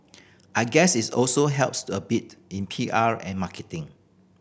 I guess it's also helps a bit in P R and marketing